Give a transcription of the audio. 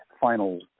final